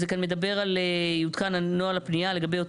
זה מדובר על "יותקן נוהל הפנייה לגבי אותו